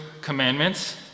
commandments